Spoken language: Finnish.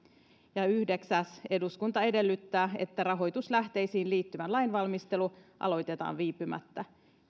lausuma yhdeksän eduskunta edellyttää että rahoituslähteisiin liittyvä lainvalmistelu aloitetaan viipymättä